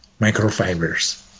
microfibers